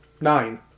Nine